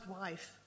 wife